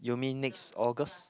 you mean next August